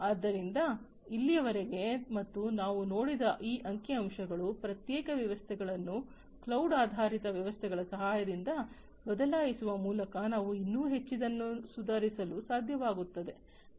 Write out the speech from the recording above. ಆದ್ದರಿಂದ ಇಲ್ಲಿಯವರೆಗೆ ಮತ್ತು ನಾವು ನೋಡಿದ ಈ ಅಂಕಿಅಂಶಗಳು ಪ್ರತ್ಯೇಕ ವ್ಯವಸ್ಥೆಗಳನ್ನು ಕ್ಲೌಡ್ ಆಧಾರಿತ ವ್ಯವಸ್ಥೆಗಳ ಸಹಾಯದಿಂದ ಬದಲಾಯಿಸುವ ಮೂಲಕ ನಾವು ಇನ್ನೂ ಹೆಚ್ಚಿನದನ್ನು ಸುಧಾರಿಸಲು ಸಾಧ್ಯವಾಗುತ್ತದೆ